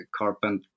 carpent